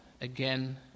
again